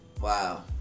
Wow